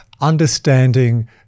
Understanding